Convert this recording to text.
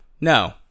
No